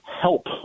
help